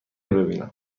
ببینم